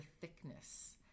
thickness